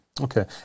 Okay